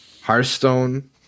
Hearthstone